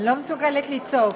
אני לא מסוגלת לצעוק.